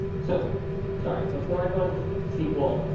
so sorry. before i go into sql,